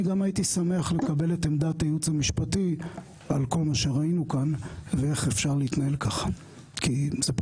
האישה ונראה לי שעל זה הם לא כל כך יכעסו כי גם